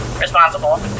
responsible